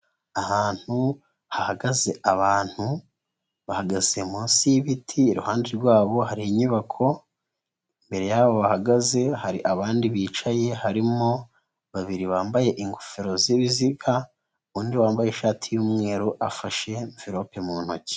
Ahantu hahagaze abantu, bahagaze munsi y'ibiti, iruhande rwabo hari inyubako, imbere y'abo bahagaze hari abandi bicaye, harimo babiri bambaye ingofero z'ibiziga, undi wambaye ishati y'umweru, afashe mvirope mu ntoki.